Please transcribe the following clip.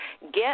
get